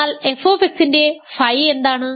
എന്നാൽ f ന്റെ ф എന്താണ്